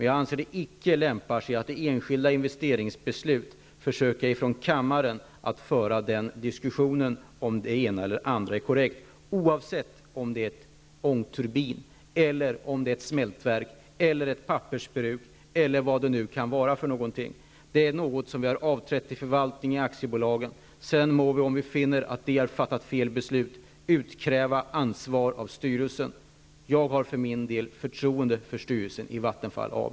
Jag anser det inte lämpligt att i kammaren föra en diskussion om det ena eller andra är korrekt i enskilda investeringsbeslut -- oavsett om det gäller en ångturbin, ett smältverk eller ett pappersbruk. Det är frågor som vi har överlåtit till förvaltningen i aktiebolagen. Om vi sedan finner att de har fattat felaktiga beslut, må vi utkräva ansvar av styrelsen. Jag har förtroende för styrelsen i Vattenfall AB.